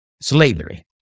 slavery